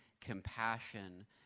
compassion